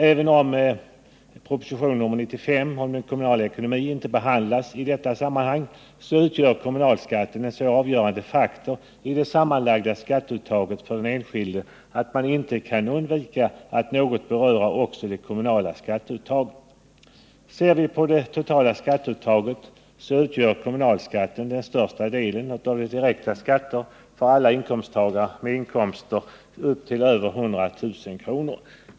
Även om propositionen 95, om den kommunala ekonomin, inte behandlas i detta sammanhang, så utgör kommunalskatten en så avgörande faktor i det sammanlagda skatteuttaget för den enskilde, att man inte kan undvika att något beröra också det kommunala skatteuttaget. Av det totala skatteuttaget utgör kommunalskatten den största delen av de direkta skatterna för alla medborgare med inkomster upp till 120 000 kr.